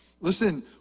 Listen